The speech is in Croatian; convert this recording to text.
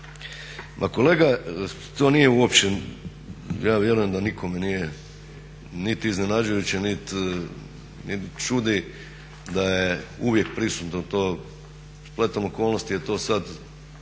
Pa kolega to nije uopće, ja vjerujem da nikome nije niti iznenađujuće niti čudi da je uvijek prisutno to. Spletom okolnosti je to sada